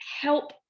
help